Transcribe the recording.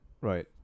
right